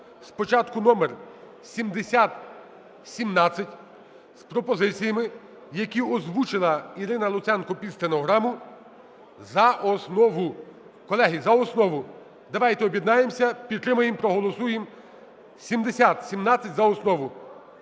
Спочатку номер 7017 з пропозиціями, які озвучила Ірина Луценко під стенограму, за основу, колеги, за основу. Давайте об'єднаємося, підтримаємо, проголосуємо 7017 за основу.